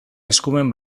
eskumen